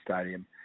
stadium